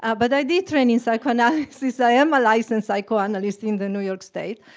ah but i did train in psychoanalysis, i am a licensed psychoanalyst in the new york state.